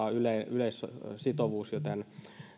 yleissitovuus joten